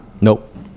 nope